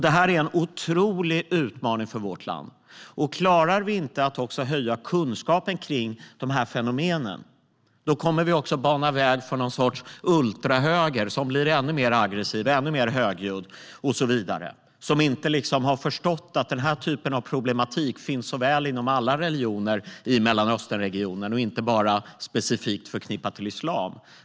Det här är en otrolig utmaning för vårt land, och klarar vi inte att öka kunskapen kring dessa fenomen kommer vi också att bana väg för någon sorts ultrahöger som blir ännu mer aggressiv och ännu mer högljudd och som inte har förstått att den här typen av problematik finns inom alla religioner i Mellanösternregionen och inte är specifikt förknippad med islam.